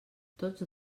tots